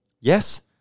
Yes